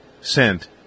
sent